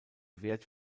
wert